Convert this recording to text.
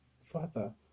father